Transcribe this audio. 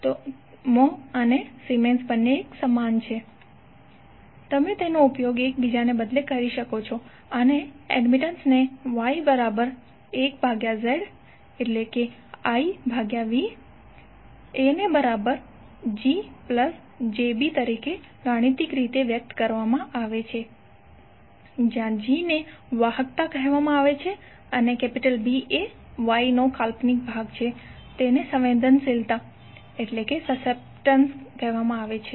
તો મ્હોં અને સિમેન્સ બંને એક સમાન છે તમે તેનો ઉપયોગ એકબીજા ની બદલે કરી શકો છો અને એડમિટન્સને Y1ZIVGjB તરીકે ગણિતીક રીતે વ્યક્ત કરવામાં આવે છે જ્યાં G ને વાહકતા કહેવામાં આવે છે અને B એ Yનો કાલ્પનિક ભાગ છે તેને સંવેદનશીલતા કહેવામાં આવે છે